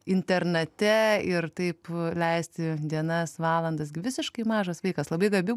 internate ir taip leisti dienas valandas visiškai mažas vaikas labai gabi